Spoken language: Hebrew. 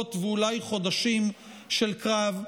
שבועות ואולי חודשים של קרב,